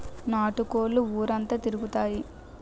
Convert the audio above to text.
నాటు కోళ్లు ఊరంతా తిరుగుతాయి